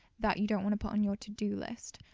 that you don't want to put on your to-do list.